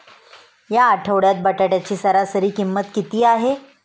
या आठवड्यात बटाट्याची सरासरी किंमत किती आहे?